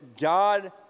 God